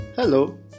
Hello